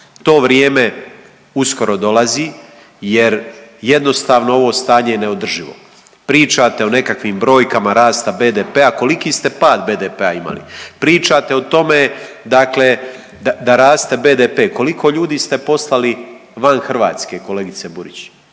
To vrijeme uskoro dolazi, jer jednostavno ove stanje je neodrživo. Pričate o nekakvim brojkama rasta BDP-a. Koliki ste pad BDP-a imali? Pričate o tome, dakle da raste BDP. Koliko ljudi ste poslali van Hrvatske kolegice Burić?